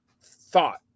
thought